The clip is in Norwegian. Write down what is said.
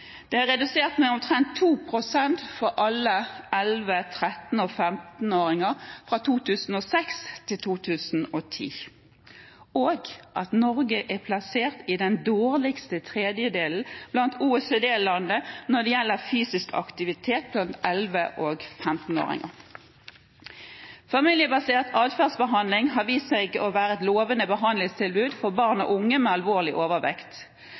Det er redusert med omtrent 2 pst. for alle 11-, 13- og 15-åringer fra 2006 til 2010. Norge er også plassert i den dårligste tredjedelen blant OECD-landene når det gjelder fysisk aktivitet blant 11- og 15-åringer. Familiebasert atferdsbehandling har vist seg å være et lovende behandlingstilbud for barn og unge med alvorlig overvekt.